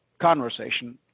conversation